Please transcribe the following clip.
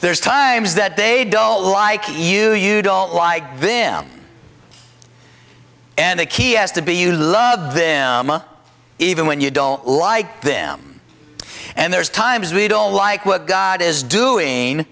there's times that they don't like you you don't like them and the key has to be you love them even when you don't like them and there's times we don't like what god is doing